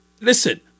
listen